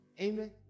amen